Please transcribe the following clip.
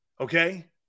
Okay